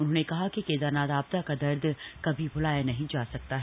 उन्होंने कहा कि केदारनाथ आपदा का दर्द कभी भूलाया नहीं जा सकता है